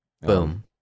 Boom